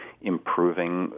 improving